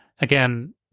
again